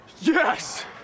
Yes